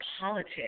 politics